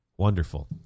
Wonderful